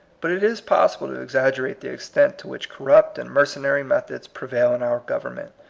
but it is possible to ex aggerate the extent to which corrupt and mercenary methods prevail in our govern ment.